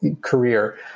career